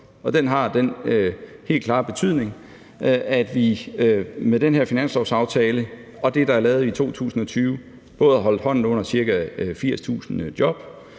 den har den helt klare betydning, at vi med den her finanslovsaftale og med det, der er lavet i 2020, både har holdt hånden under ca. 80.000 job,